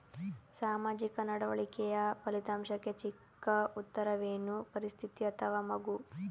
ಸಾಮಾಜಿಕ ನಡವಳಿಕೆಯ ಫಲಿತಾಂಶಕ್ಕೆ ಚಿಕ್ಕ ಉತ್ತರವೇನು? ಪರಿಸ್ಥಿತಿ ಅಥವಾ ಮಗು?